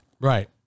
right